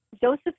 Joseph